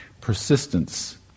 Persistence